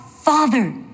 father